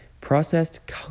Processed